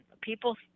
People